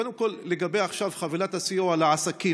קודם כול עכשיו, לגבי חבילת הסיוע לעסקים,